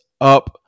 up